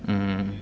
mmhmm